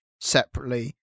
separately